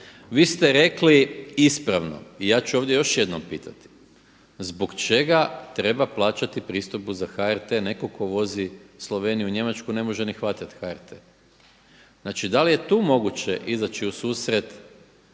Vi ste rekli ispravno i ja ću ovdje još jednom pitati zbog čega treba plaćati pristojbu za HRT netko tko vozi u Sloveniju i Njemačku ne može ni hvatat HRT. Znači da li je tu moguće izaći u susret